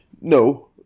No